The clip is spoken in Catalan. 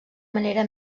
manera